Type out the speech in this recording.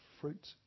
fruit